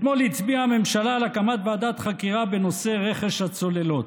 אתמול הצביעה הממשלה על הקמת ועדת חקירה בנושא רכש הצוללות.